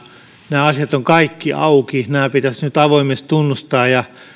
nämä asiat ovat kaikki auki nämä pitäisi nyt avoimesti tunnustaa ja